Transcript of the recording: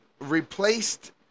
replaced